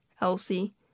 Elsie